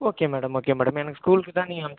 okay madam okay madam எனக்கு ஸ்கூல்க்கு தான் நீங்கள் அமிச்சு